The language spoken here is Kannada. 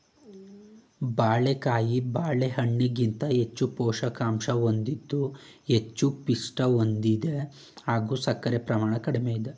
ಬಾಳೆಕಾಯಿ ಬಾಳೆಹಣ್ಣಿಗಿಂತ ಹೆಚ್ಚು ಪೋಷಕಾಂಶ ಹೊಂದಿದ್ದು ಹೆಚ್ಚು ಪಿಷ್ಟ ಹೊಂದಿದೆ ಹಾಗೂ ಸಕ್ಕರೆ ಪ್ರಮಾಣ ಕಡಿಮೆ ಇದೆ